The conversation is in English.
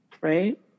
right